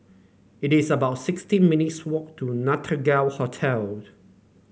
it is about sixteen minutes' walk to Nostalgia Hotel